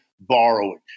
borrowing